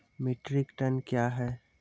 Metric tonne कया हैं?